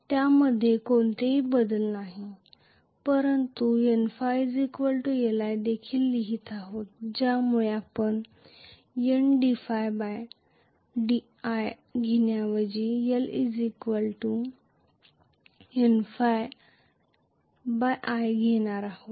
त्यामध्ये कोणताही बदल नाही परंतु आपण Nϕ Li देखील लिहित आहोत ज्यामुळे आपण Ndϕ i घेण्याऐवजी L Nϕ i घेणार आहोत